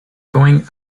going